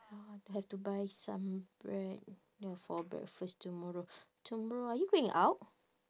ya have to buy some bread ya for breakfast tomorrow tomorrow are you going out